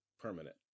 permanent